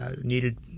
needed